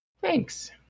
thanks